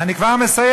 אני כבר מסיים.